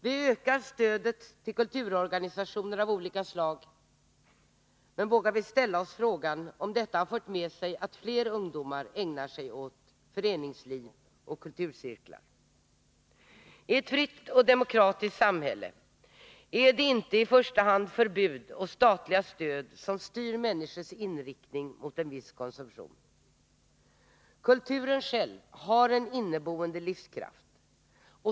Vi ökar stödet till kulturorganisationer av olika slag — men vågar vi ställa oss frågan om detta har fört med sig att fler ungdomar ägnar sig åt föreningsliv och kulturcirklar? I ett fritt och demokratiskt samhälle är det inte i första hand förbud och statliga stöd som styr människors inriktning mot en viss konsumtion. Kulturen själv har en inneboende livskraft.